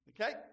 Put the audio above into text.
Okay